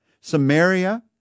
Samaria